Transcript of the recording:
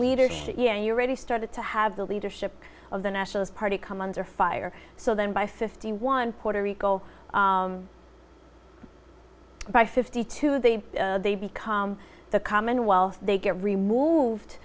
leadership yeah you're ready started to have the leadership of the nationalist party come under fire so then by fifty one puerto rico by fifty two they they become the commonwealth they get removed